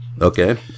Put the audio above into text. Okay